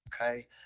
Okay